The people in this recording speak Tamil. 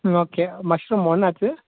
ம் ஓகே மஷ்ரூம் ஒன்றாச்சு